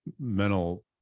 mental